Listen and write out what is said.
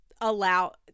allow